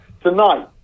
Tonight